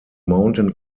mountain